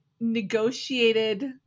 negotiated